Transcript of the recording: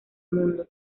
mundo